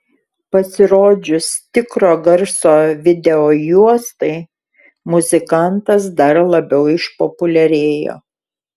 pasirodžius tikro garso videojuostai muzikantas dar labiau išpopuliarėjo